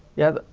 yeah,